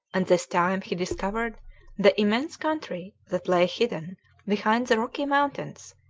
and this time he discovered the immense country that lay hidden behind the rocky mountains,